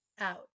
out